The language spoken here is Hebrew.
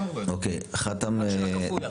רק של הקפוא ירד.